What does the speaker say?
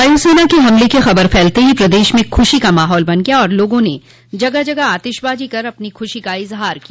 वायुसेना के हमले की खबर फैलते ही प्रदेश में खुशी का माहौल बन गया और लोगों ने जगह जगह आतिशबाजी कर अपनी खुशी का इजहार किया